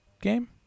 game